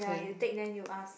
yeah you take then you ask